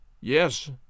Yes